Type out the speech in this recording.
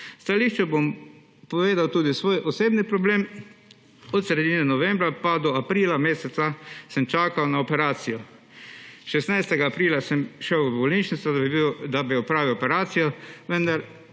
stališču bom povedal tudi svoj osebni problem. Od sredine novembra pa do aprila sem čakal na operacijo, 16. aprila sem šel v bolnišnico, da bi opravili operacijo, vendar